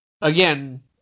again